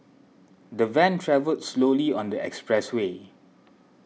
the van travelled slowly on the expressway